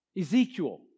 Ezekiel